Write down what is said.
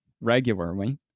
regularly